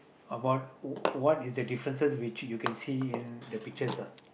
how about who who what is that differences which you can see the pictures